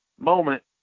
Moment